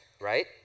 Right